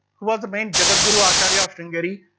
who was the main jagadguru acharya of sringeri.